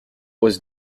was